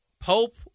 Pope